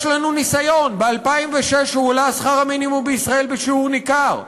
יש לנו ניסיון: ב-2006 הועלה שכר המינימום בישראל בשיעור ניכר,